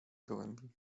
gołębi